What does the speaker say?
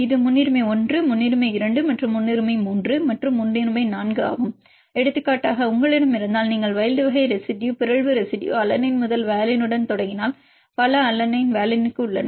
இது ஒரு முன்னுரிமை 1 முன்னுரிமை 2 மற்றும் முன்னுரிமை 3 மற்றும் முன்னுரிமை 4 ஆகும் எடுத்துக்காட்டாக உங்களிடம் இருந்தால் நீங்கள் வைல்ட் வகை ரெசிடுயு பிறழ்வு ரெசிடுயு அலனைன் முதல் வாலினுடன் தொடங்கினால் பல அலனைன் வாலினுக்கு உள்ளன